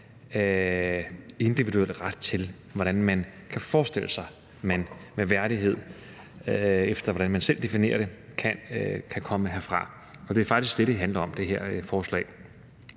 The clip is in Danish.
individuel ret til, hvordan man kan forestille sig, at man med værdighed – efter hvordan man selv definerer det – kan komme herfra. Det er faktisk det, det her forslag